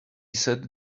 sent